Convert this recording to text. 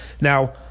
Now